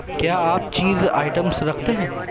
کیا آپ چیز آئٹمس رکھتے ہیں